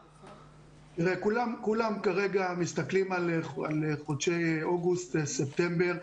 תראה, כולם כרגע מסתכלים על חודשי אוגוסט-ספטמבר.